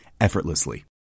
effortlessly